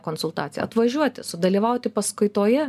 konsultaciją atvažiuoti sudalyvauti paskaitoje